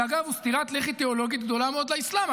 שאגב הוא סטירת לחי תיאולוגית גדולה מאוד לאסלאם.